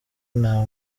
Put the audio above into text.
nta